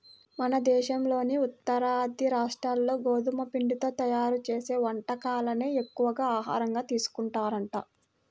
మన దేశంలోని ఉత్తరాది రాష్ట్రాల్లో గోధుమ పిండితో తయ్యారు చేసే వంటకాలనే ఎక్కువగా ఆహారంగా తీసుకుంటారంట